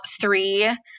three